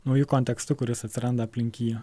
nauju kontekstu kuris atsiranda aplink jį